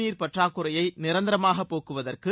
நீர் பற்றாக்குறையை நிரந்தரமாக போக்குவதற்கு